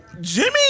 Jimmy